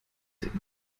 den